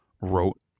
wrote